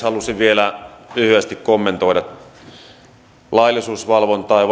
halusin vielä lyhyesti kommentoida laillisuusvalvontaa ja